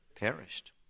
Perished